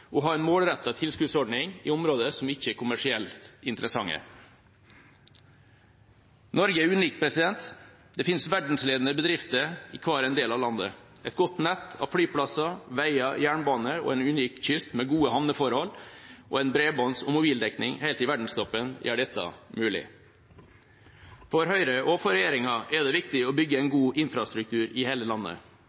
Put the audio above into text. og ha en målrettet tilskuddsordning i områder som ikke er kommersielt interessante. Norge er unikt. Det finnes verdensledende bedrifter i hver en del av landet. Et godt nett av flyplasser, veier og jernbane og en unik kyst med gode havneforhold og en bredbånds- og mobildekning helt i verdenstoppen gjør dette mulig. For Høyre og regjeringa er det viktig å bygge en god infrastruktur i hele landet.